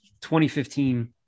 2015